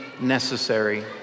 necessary